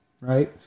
right